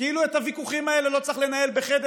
כאילו את הוויכוחים האלה לא צריכים לנהל בחדר